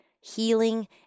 healing